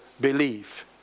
believe